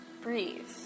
Breathe